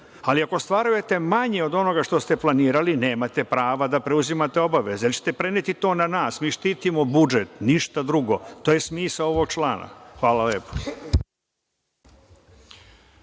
ali ako ostvarujete manje od onoga što ste planirali, nemate prava da preuzimate obaveze, jer ćete preneti to na nas. Mi štitimo budžet, ništa drugo. To je smisao ovog člana. Hvala.